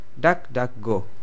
DuckDuckGo